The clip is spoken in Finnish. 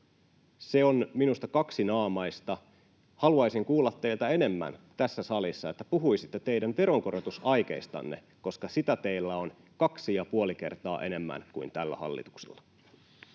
Se on minusta kaksinaamaista. Haluaisin kuulla teiltä enemmän tässä salissa, että puhuisitte teidän veronkorotusaikeistanne, koska sitä teillä on kaksi ja puoli kertaa enemmän kuin tällä hallituksella.